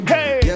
Hey